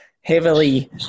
heavily